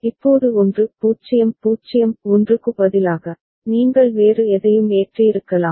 இப்போது 1 0 0 1 க்கு பதிலாக நீங்கள் வேறு எதையும் ஏற்றியிருக்கலாம்